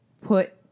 put